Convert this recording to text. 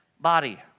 body